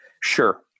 Sure